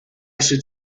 should